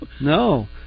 no